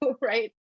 right